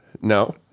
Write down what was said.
no